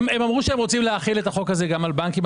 הם אמרו שהם רוצים להחיל את החוק הזה גם על בנקים.